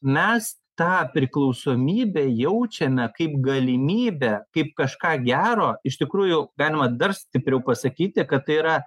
mes tą priklausomybę jaučiame kaip galimybę kaip kažką gero iš tikrųjų galima dar stipriau pasakyti kad tai yra